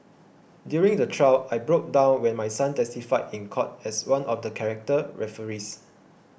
during the trial I broke down when my son testified in court as one of the character referees